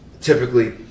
typically